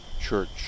church